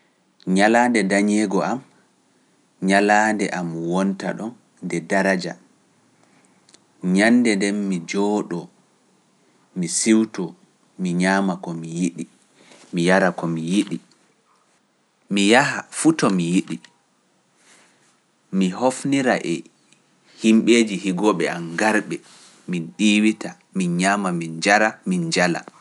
Njalaande dañeego am, njalaande am wonta ɗon nde daraja, nyannde nden mi jooɗoo, mi siwtoo, mi ñaama ko mi yiɗi, mi yara ko mi yiɗi, mi hofnira e himɓeeji higooɓe am ngarɓe, min ɗiiwita, min ñaama, min njara, min njala.